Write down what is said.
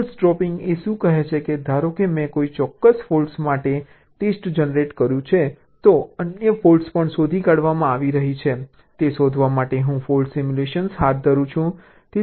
fault dropping એ શું કહે છે કે ધારો કે મેં કોઈ ચોક્કસ ફૉલ્ટ્ માટે ટેસ્ટ જનરેટ કર્યું છે તો અન્ય ફૉલ્ટ્સ પણ શોધી કાઢવામાં આવી રહી છે તે શોધવા માટે હું ફોલ્ટ સિમ્યુલેશન હાથ ધરું છું